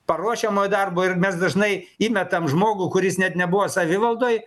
paruošiamojo darbo ir mes dažnai įmetam žmogų kuris net nebuvo savivaldoj